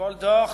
וכל דוח